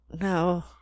No